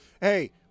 Hey